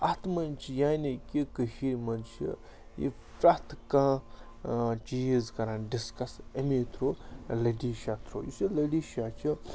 اَتھ منٛز چھِ یعنی کہِ کٔشیٖرِ منٛز چھِ یہِ پرٛٮ۪تھ کانٛہہ چیٖز کَران ڈِسکَس اَمے تھرٛوٗ لٔڈِشاہ تھرٛوٗ یُس یہِ لٔڈِشاہ چھُ